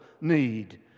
need